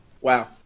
Wow